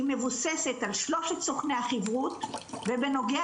היא מבוססת על שלושת סוכני החיברות ובנוגע